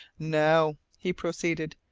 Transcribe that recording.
now, he proceeded,